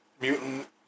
Mutant